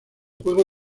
juego